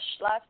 last